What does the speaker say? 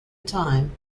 time